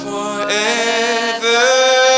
Forever